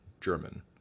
German